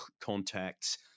contacts